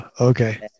Okay